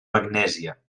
magnèsia